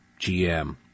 GM